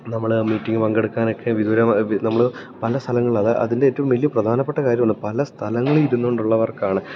നമ്മള് മീറ്റിങ്ങില് പങ്കെടുക്കാനൊക്കെ വിതൂര നമ്മള് പല സ്ഥലങ്ങള് അത് അതിൻ്റെ ഏറ്റവും വലയ പ്രധാനപ്പെട്ട കാര്യം പല സ്ഥലങ്ങളിൽ ഇരുന്നിട്ടുള്ളവർക്കാണ്